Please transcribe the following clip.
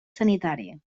sanitari